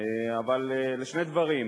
אלא לשני דברים.